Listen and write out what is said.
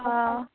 অঁ